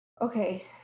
Okay